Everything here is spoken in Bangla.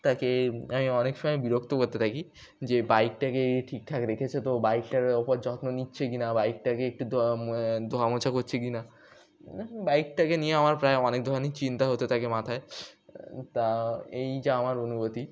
তাকে আমি অনেক সময় বিরক্ত করতে থাকি যে বাইকটাকে ঠিকঠাক রেখেছে তো বাইকটার ওপর যত্ন নিচ্ছে কি না বাইকটাকে একটু ধোয়া মো ধোয়ামোছা করছে কি না বাইকটাকে নিয়ে আমার প্রায় অনেক ধরনেরই চিন্তা হতে থাকে মাথায় তা এই যা আমার অনুভূতি